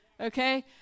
Okay